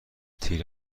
تیر